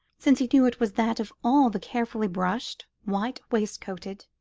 since he knew it was that of all the carefully-brushed, white-waistcoated,